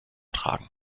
tragen